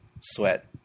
sweat